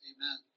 Amen